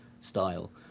Style